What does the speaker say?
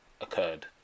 occurred